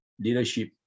leadership